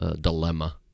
dilemma